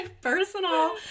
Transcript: personal